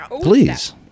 Please